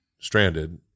stranded